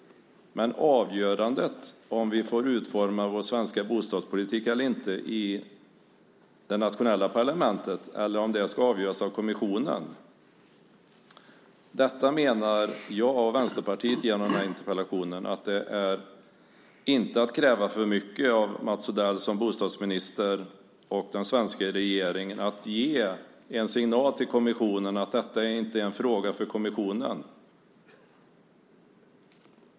Men när det gäller om vi får utforma vår svenska bostadspolitik eller inte i det nationella parlamentet eller om detta ska avgöras av kommissionen är det, menar jag och Vänsterpartiet genom den här interpellationen, inte att kräva för mycket av Mats Odell som bostadsminister och av den svenska regeringen att säga att kommissionen ska ges en signal om att detta inte är en fråga för kommissionen.